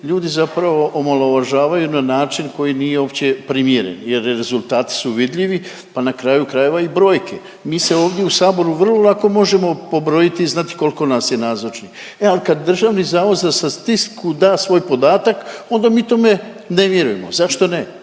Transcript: ljudi zapravo omalovažavaju na način koji nije uopće primjeren jer rezultati su vidljivi pa, na krajeva i brojke. Mi se ovdje u Saboru vrlo lako možemo pobrojiti i znati koliko nas je nazočnih. E al kad Državni zavod za statistiku da svoj podatak, onda mi tome ne vjerujemo. Zašto ne?